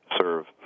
serve